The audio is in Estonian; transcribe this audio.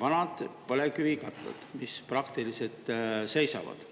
vanad põlevkivikatlad, mis praktiliselt seisavad.